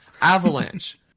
Avalanche